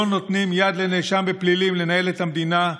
לא נותנים יד לנאשם בפלילים לנהל את המדינה.